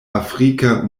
afrika